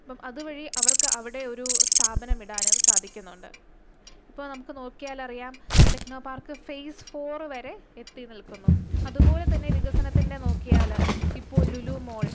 അപ്പം അതുവഴി അവർക്ക് അവിടെ ഒരു സ്ഥാപനം ഇടാനും സാധിക്കുന്നുണ്ട് ഇപ്പോൾ നമുക്ക് നോക്കിയാൽ അറിയാം ടെക്നോപാർക്ക് ഫെയ്സ് ഫോർ വരെ എത്തി നിൽക്കുന്നു അതുപോലെ തന്നെ വികസനത്തിന്റെ നോക്കിയാല് ഇപ്പോള് ലുലു മോള്